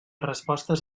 respostes